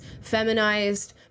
feminized